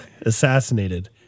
assassinated